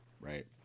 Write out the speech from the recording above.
right